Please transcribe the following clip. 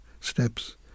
steps